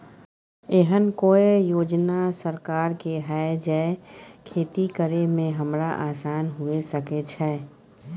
एहन कौय योजना सरकार के है जै खेती करे में हमरा आसान हुए सके छै?